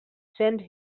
send